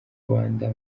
rwanda